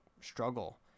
struggle